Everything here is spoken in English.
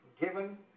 given